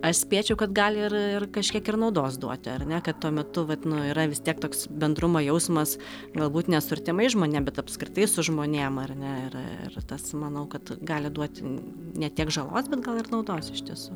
aš spėčiau kad gali ir ir kažkiek ir naudos duoti ar ne kad tuo metu vat nu yra vis tiek toks bendrumo jausmas galbūt ne su artimais žmonėm bet apskritai su žmonėm ar ne ir ir tas manau kad gali duot ne tiek žalos bet gal ir naudos iš tiesų